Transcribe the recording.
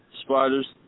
spiders